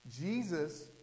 jesus